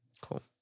Cool